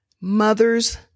Mothers